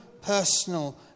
personal